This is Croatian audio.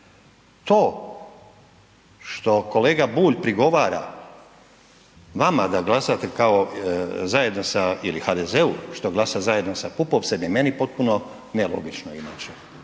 To što kolega Bulj prigovara vama da glasate kao zajedno sa ili HDZ-u što glasa zajedno sa Pupovcem je meni potpuno nelogično inače